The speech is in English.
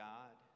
God